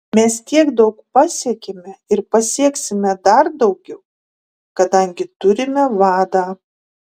mes tiek daug pasiekėme ir pasieksime dar daugiau kadangi turime vadą